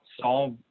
solve